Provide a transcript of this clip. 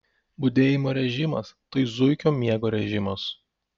budėjimo režimas tai zuikio miego režimas